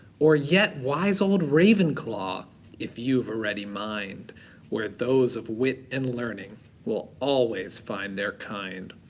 or yet wise old ravenclaw if you've a ready mind where those of wit and learning will always find their kind.